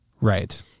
Right